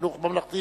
חינוך ממלכתי